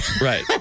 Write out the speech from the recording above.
Right